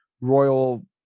royal